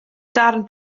darn